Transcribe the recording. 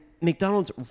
McDonald's